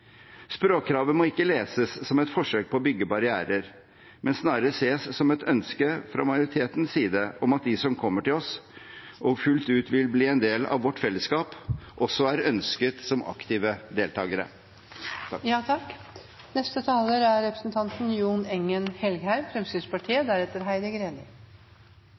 Språkkravet må ikke leses som et forsøk på å bygge barrierer, men snarere ses som et ønske fra majoritetens side om at de som kommer til oss, og fullt ut vil bli en del av vårt fellesskap, også er ønsket som aktive deltagere. Det er ingen tvil om at vi er